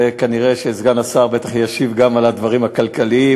וכנראה סגן השר בטח ישיב גם על הדברים הכלכליים,